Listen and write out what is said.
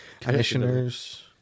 commissioners